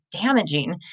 damaging